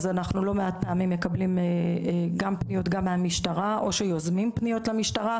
אנחנו מקבלים לא מעט פעמים פניות גם מהמשטרה או שיוזמים פניות למשטרה,